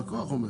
הלקוח אומר.